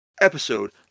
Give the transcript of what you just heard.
episode